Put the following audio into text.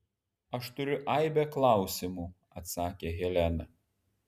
aš turiu aibę klausimų atsakė helena